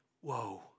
whoa